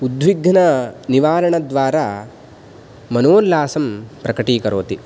उद्विघ्ननिवारणद्वारा मनोल्लासं प्रकटीकरोति